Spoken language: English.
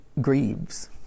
grieves